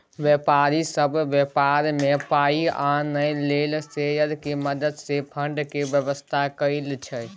व्यापारी सब व्यापार में पाइ आनय लेल शेयर के मदद से फंड के व्यवस्था करइ छइ